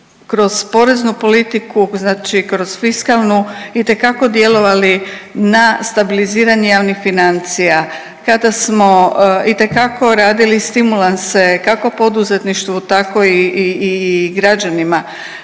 kroz poreznu politiku kroz fiskalnu itekako djelovali na stabiliziranje javnih financija, kada smo itekako radili stimulanse kako poduzetništvu tako i građanima.